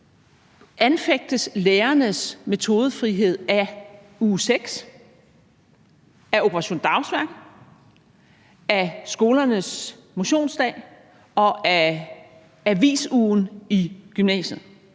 Anfægtes lærernes metodefrihed af uge 6, af Operation Dagsværk, af Skolernes Motionsdag og af Avisugen i gymnasiet?